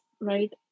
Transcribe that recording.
right